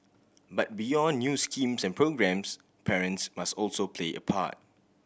but beyond new schemes and programmes parents must also play a part